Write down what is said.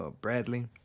Bradley